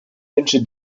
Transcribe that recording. wünsche